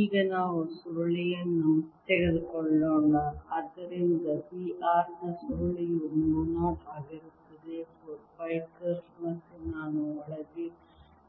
ಈಗ ನಾವು ಸುರುಳಿಯನ್ನು ತೆಗೆದುಕೊಳ್ಳೋಣ ಆದ್ದರಿಂದ B r ನ ಸುರುಳಿ ಮ್ಯೂ 0 ಆಗಿರುತ್ತದೆ 4 ಪೈ ಕರ್ಲ್ ಮತ್ತೆ ನಾನು ಒಳಗೆ